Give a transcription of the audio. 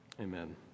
Amen